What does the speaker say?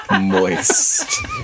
Moist